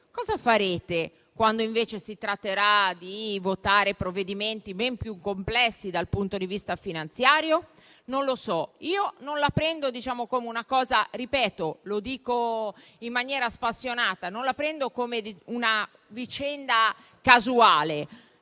cosa farete quando invece si tratterà di votare provvedimenti ben più complessi dal punto di vista finanziario? Non lo so. Ripeto e dico in maniera